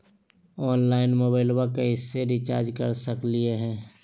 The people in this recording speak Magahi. ऑनलाइन मोबाइलबा कैसे रिचार्ज कर सकलिए है?